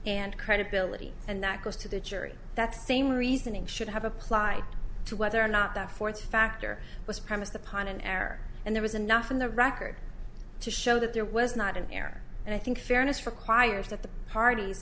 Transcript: and credibility and that goes to the jury that same reasoning should have applied to whether or not that fourth factor was premised upon an error and there was enough in the record to show that there was not an error and i think fairness for choir's that the parties